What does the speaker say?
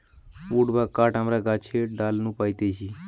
would বা কাঠ আমরা গাছের ডাল নু পাইতেছি